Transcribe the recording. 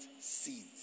seeds